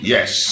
Yes